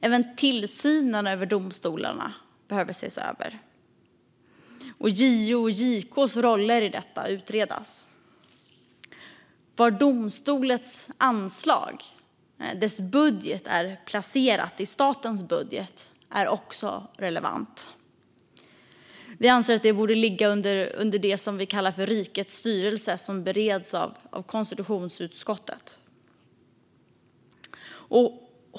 Även tillsynen över domstolarna behöver ses över och JO:s och JK:s roller utredas. Var domstolsanslaget är placerat i statens budget är också relevant. Vi anser att det borde ligga under det utgiftsområde som vi kallar för Rikets styrelse och som bereds av konstitutionsutskottet.